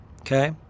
Okay